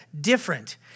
different